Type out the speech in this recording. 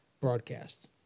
broadcast